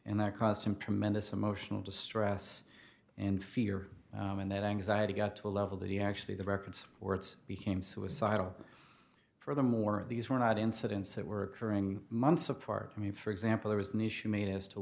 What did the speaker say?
and that caused him tremendous emotional distress and fear and that anxiety got to a level that he actually the records words became suicidal for them more of these were not incidents that were occurring months apart i mean for example there was an issue made as to